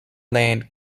land